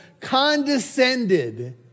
condescended